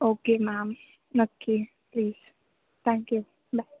okay ma'am नक्की please thank you bye